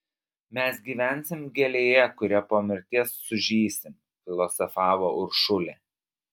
mes gyvensim gėlėje kuria po mirties sužysim filosofavo uršulė